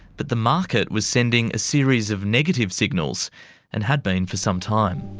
but the market was sending a series of negative signals and had been for some time.